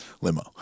Limo